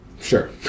sure